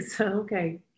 Okay